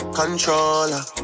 controller